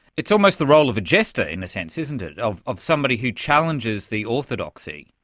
it's almost the role of a jester, in a sense, isn't it of of somebody who challenges the orthodoxy?